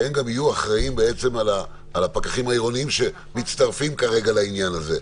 שהם גם יהיו אחראים על הפקחים העירוניים שמצטרפים כרגע לעניין הזה.